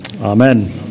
Amen